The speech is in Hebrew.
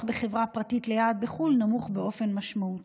בחברה פרטית ליעד בחו"ל נמוך באופן משמעותי.